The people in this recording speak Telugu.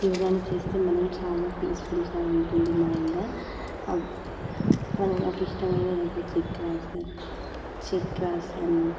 యోగాను చేస్తే మనం చాలా పీస్ఫుల్గా ఉంటుంది మైండ్ మనకిష్టమైన యోగా చక్రాసనం చక్రాసనం